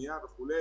השנייה וכו',